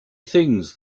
things